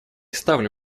ставлю